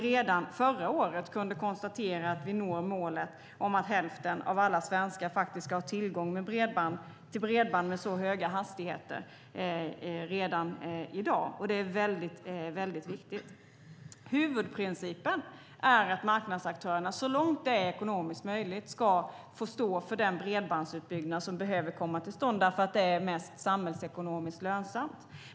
Redan förra året kunde vi konstatera att vi når målet om att hälften av alla svenskar ska ha tillgång till bredband med så höga hastigheter redan i dag. Det är viktigt. Huvudprincipen är att marknadsaktörerna så långt det är ekonomiskt möjligt ska få stå för den bredbandsutbyggnad som behöver komma till stånd eftersom det är mest samhällsekonomiskt lönsamt.